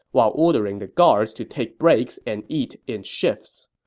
while ordering the guards to take breaks and eat in shifts.